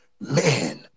man